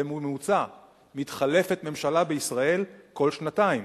בממוצע מתחלפת ממשלה בישראל כל שנתיים.